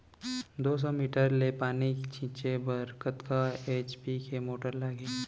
दो सौ मीटर ले पानी छिंचे बर कतका एच.पी के मोटर लागही?